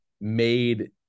made